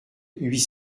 huit